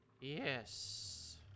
yes